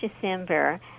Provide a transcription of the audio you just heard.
December